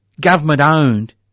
government-owned